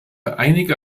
einige